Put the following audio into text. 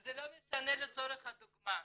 זה לא משנה לצורך הדוגמה.